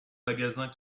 magasin